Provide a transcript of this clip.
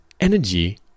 energy